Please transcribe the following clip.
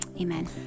Amen